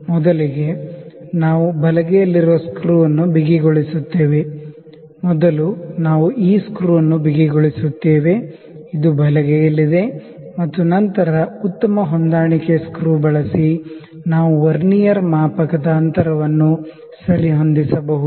ಮೊದಲಿಗೆ ನಾವು ಬಲಗೈಯಲ್ಲಿರುವ ಸ್ಕ್ರೂ ಅನ್ನು ಬಿಗಿಗೊಳಿಸುತ್ತೇವೆ ಮೊದಲು ನಾವು ಈ ಸ್ಕ್ರೂ ಅನ್ನು ಬಿಗಿಗೊಳಿಸುತ್ತೇವೆ ಇದು ಬಲಗೈಯಲ್ಲಿದೆ ಮತ್ತು ನಂತರ ಉತ್ತಮ ಹೊಂದಾಣಿಕೆ ಸ್ಕ್ರೂ ಬಳಸಿ ನಾವು ವರ್ನಿಯರ್ ಮಾಪಕದ ಅಂತರವನ್ನು ಸರಿಹೊಂದಿಸಬಹುದು